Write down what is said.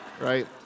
right